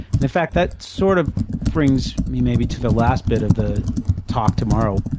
and in fact that sort of brings me maybe to the last bit of the talk tomorrow.